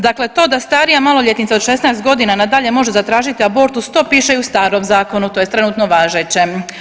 Dakle to da starija maloljetnica od 16 godina na dalje može zatražiti abortus, to piše i u starom zakonu, tj. trenutno važećem.